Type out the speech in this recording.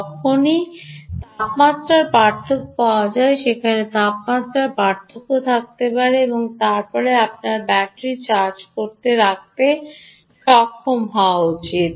যখনই তাপমাত্রার পার্থক্য পাওয়া যায় সেখানে তাপমাত্রার পার্থক্য থাকতে পারে এবং তারপরে আপনার ব্যাটারি চার্জ করে রাখতে সক্ষম হওয়া উচিত